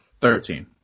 Thirteen